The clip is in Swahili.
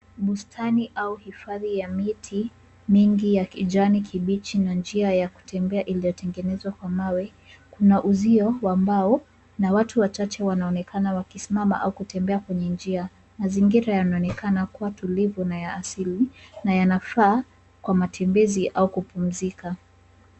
Bustani au hifadhi ya miti mingi ya kijani kibichi na njia ya kutembea iliyotengenezwa kwa mawe, kuna uzio wa mbao na watu wachache wanaonekana wakisimama au kutembea kwenye njia. Mazingira yanaonekana kuwa tulivu na ya asili na yanafaa kwa matembezi au kupumzika.